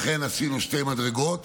לכן עשינו שתי מדרגות,